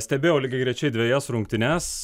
stebėjau lygiagrečiai dvejas rungtynes